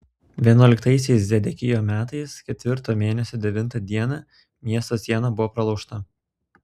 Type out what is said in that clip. vienuoliktaisiais zedekijo metais ketvirto mėnesio devintą dieną miesto siena buvo pralaužta